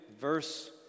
verse